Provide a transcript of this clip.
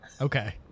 Okay